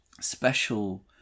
special